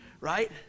right